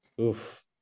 Oof